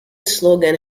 slogan